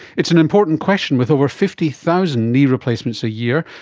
it's an important question with over fifty thousand knee replacements a year,